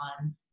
on